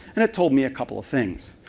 and it told me a couple of things.